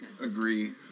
agree